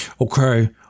okay